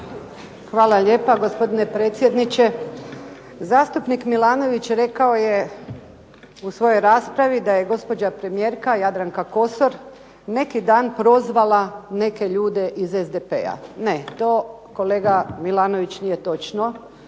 Hvala lijepa, gospodine predsjedniče. Zastupnik Milanović rekao je u svojoj raspravi da je gospođa premijerka Jadranka Kosor neki dan prozvala neke ljude iz SDP-a. Ne, to kolega Milanović nije točno.